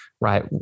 right